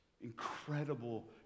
incredible